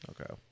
Okay